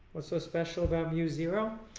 but so special about muzero?